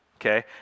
Okay